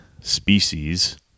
species